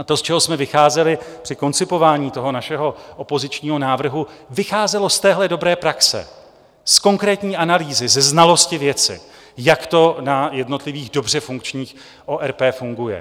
A to, z čeho jsme vycházeli při koncipování našeho opozičního návrhu, vycházelo z téhle dobré praxe, z konkrétní analýzy, ze znalosti věci, jak to na jednotlivých dobře funkčních ORP funguje.